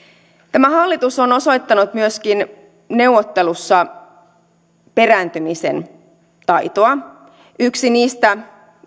tämä hallitus on osoittanut myöskin neuvottelussa perääntymisen taitoa yksi niistä